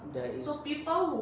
there is